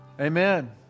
amen